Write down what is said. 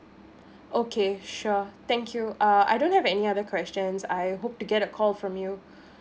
okay sure thank you uh I don't have any other questions I hope to get a call from you